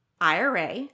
IRA